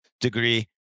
degree